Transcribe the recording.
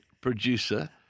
producer